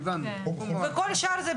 היבואנים כאן הם לא שחקן בכלל.